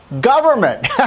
Government